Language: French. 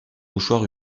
mouchoir